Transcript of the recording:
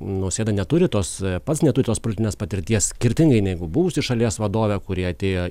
nausėda neturi tos pats neturi tos politinės patirties skirtingai neigu buvusi šalies vadovė kuri atėjo